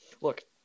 Look